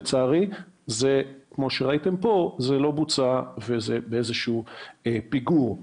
לצערי זה לא בוצע וזה באיזשהו פיגור.